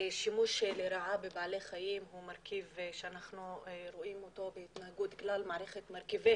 שימוש לרעה בבעלי חיים הוא מרכיב שאנחנו רואים אותו בהתנהגות כלל מרכיבי